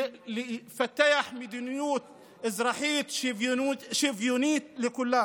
ולפתח מדיניות אזרחית שוויונית לכולם.